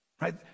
right